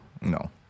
No